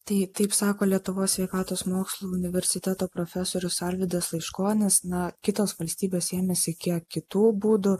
tai taip sako lietuvos sveikatos mokslų universiteto profesorius alvydas laiškonis na kitos valstybės ėmėsi kiek kitų būdų